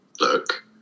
look